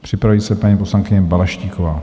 Připraví se paní poslankyně Balaštíková.